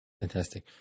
Fantastic